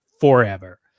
forever